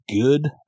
good